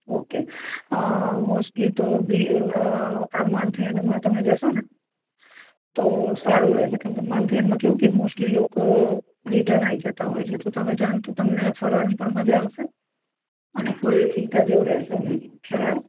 okay mostly તો ભીડ આ મન્થ એન્ડમાં તમે જશો ને તો સારું રહેશે કેમ કે મન્થ એન્ડમાં કેવું કે મોસ્ટલી લોકો રિટર્ન આવી જતાં હોય છે તો તમે જાઓ તો તમને ફરવાની પણ મજા આવશે અને કોઈ ચિંતા જેવું રહેશે નહીં ખ્યાલ આવ્યો